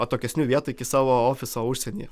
atokesnių vietų iki savo ofiso užsienyje